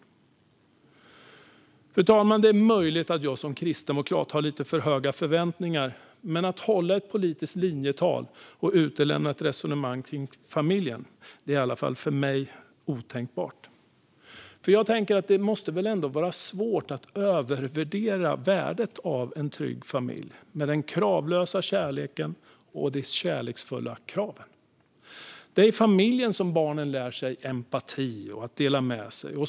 Fru talman! Det är möjligt att jag som kristdemokrat har lite för höga förväntningar, men att hålla ett politiskt linjetal och utelämna ett resonemang om familjen är i alla fall för mig otänkbart. Det måste ändå vara svårt att övervärdera värdet av en trygg familj med den kravlösa kärleken och de kärleksfulla kraven. Det är i familjen som barnen lär sig empati och att dela med sig.